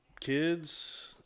kids